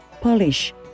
Polish